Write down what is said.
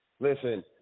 listen